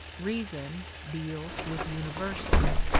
reason deals with universals,